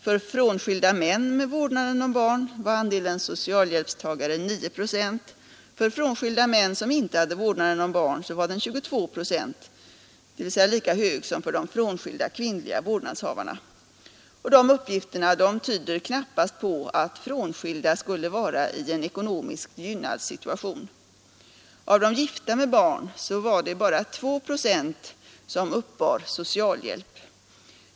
För frånskilda män med vårdnaden om barn var andelen socialhjälpstagare 9 procent, för frånskilda män som inte hade vårdnaden om barn 22 procent, dvs. lika hög som för de frånskilda kvinnliga vårdnadshavarna. Dessa uppgifter tyder knappast på att frånskilda skulle befinna sig i en ekonomiskt gynnad situation. Av de gifta med barn var det bara 2 procent som uppbar socialhjälp.